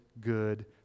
good